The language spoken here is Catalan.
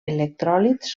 electròlits